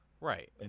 Right